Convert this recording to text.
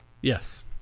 Yes